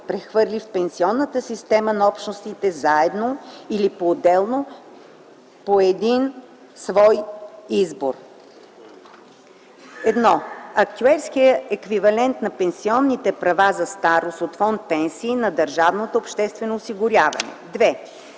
прехвърли в пенсионната схема на Общностите заедно или поотделно по свой избор: 1. актюерския еквивалент на пенсионните права за старост от фонд „Пенсии” на държавното обществено осигуряване; 2.